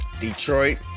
Detroit